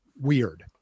weird